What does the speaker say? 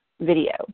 video